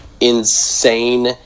insane